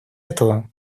этого